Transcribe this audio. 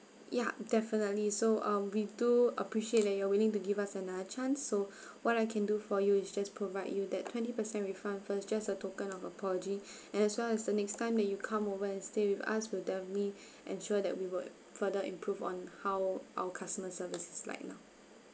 ya definitely so um we do appreciate that you are willing to give us another chance so what I can do for you is just provide you that twenty percent refund first just a token of apology and as well as the next time that you come over and stay with us we'll definitely ensure that we would further improve on how our customer service is like lah